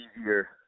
easier